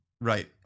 Right